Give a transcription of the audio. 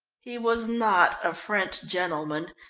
he was not a french gentleman,